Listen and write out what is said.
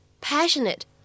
passionate